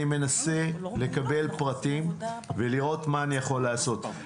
אני מנסה לקבל פרטים ולראות מה אני יכול לעשות.